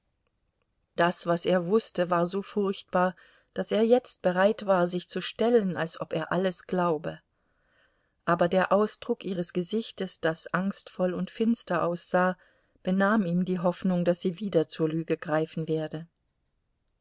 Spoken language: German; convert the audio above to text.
das was er wußte war so furchtbar daß er jetzt bereit war sich zu stellen als ob er alles glaube aber der ausdruck ihres gesichtes das angstvoll und finster aussah benahm ihm die hoffnung daß sie wieder zur lüge greifen werde